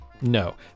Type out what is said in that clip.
No